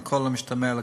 על כל המשתמע מכך.